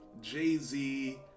Jay-Z